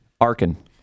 Arkin